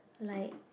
like